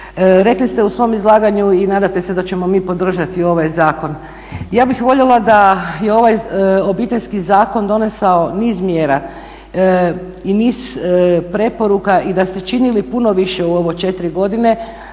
rekli ste u svom izlaganju i nadate se da ćemo mi podržati ovaj zakon. Ja bih voljela da je ovaj Obiteljski zakon donesao niz mjera i niz preporuka i da ste činili puno više u ove 4 godine